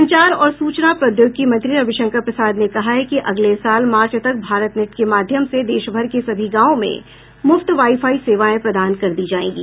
संचार और सूचना प्रौद्योगिकी मंत्री रविशंकर प्रसाद ने कहा है कि अगले साल मार्च तक भारतनेट के माध्यम से देशभर के सभी गांवों में मूफ्त वाईफाई सेवाएं प्रदान कर दी जाएंगी